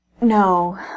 No